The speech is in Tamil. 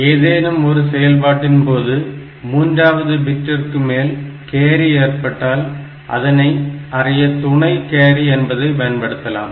ஏதேனும் ஒரு செயல்பாட்டின் போது மூன்றாவது பிட்டிற்குமேல் கேரி ஏற்பட்டால் அதனை அறிய துணை கேரி என்பதை பயன்படுத்தலாம்